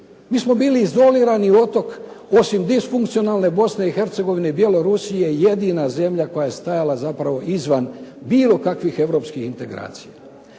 Mi smo bili izolirani otok, osim disfunkcionalne Bosne i Hercegovine, Bjelorusije, jedina zemlja koja je stajala zapravo izvan bilo kakvih europskih integracija.